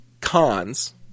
cons